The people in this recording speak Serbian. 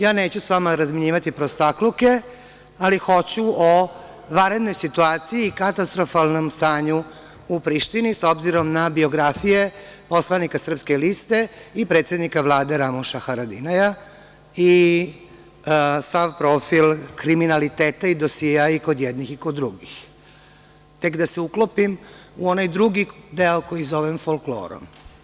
Ja neću sa vama razmenjivati prostakluke ali hoću o vanrednoj situaciji i katastrofalnom stanju u Prištini s obzirom na biografiju poslanika Srpske liste i predsednika Vlade Ramuša Haradinaja i sav profil kriminaliteta i dosijea i kod jednih i kod drugih, tek da se uklopim sa ovim folklorom.